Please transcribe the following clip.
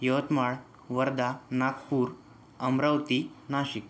Yavatmal Wardha Nagpur Amravati Nashik